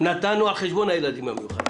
נתנו על חשבון הילדים המיוחדים.